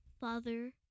father